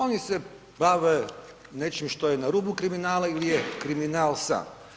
Oni se bave nečim što je na rubu kriminala ili je kriminal sam.